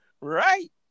right